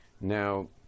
Now